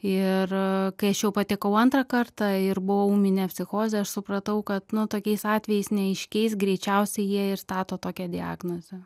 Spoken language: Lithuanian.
ir kai aš jau patekau antrą kartą ir buvo ūminė psichozė aš supratau kad nu tokiais atvejais neaiškiais greičiausiai jie ir stato tokią diagnozę